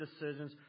decisions